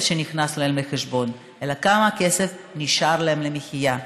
נכנס להם לחשבון אלא כמה כסף נשאר להם למחיה.